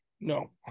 no